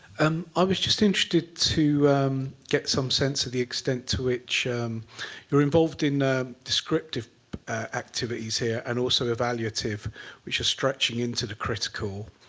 um i was just interested to get some sense to the extent to which you're involved in ah descriptive activities here, and also evaluative which are stretching into the critical,